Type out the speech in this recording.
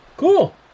Cool